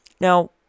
now